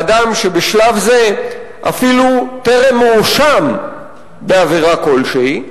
באדם שבשלב זה אפילו טרם הואשם בעבירה כלשהי.